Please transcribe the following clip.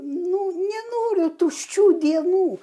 nu nenoriu tuščių dienų